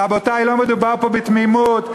רבותי, לא מדובר פה בתמימות.